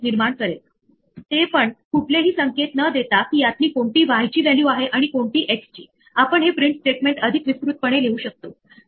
तर एक naked except ब्लॉकचा प्रकार ज्यामध्ये तुम्ही एरर चा प्रकार निर्दिष्ट करीत नाही आणि बाय डिफॉल्ट असे एखादे एक्सेप्ट स्टेटमेंट इतर सर्व एक्सेप्शन्स ला पकडते